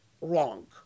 wrong